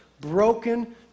broken